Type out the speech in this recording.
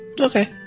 okay